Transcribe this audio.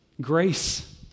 Grace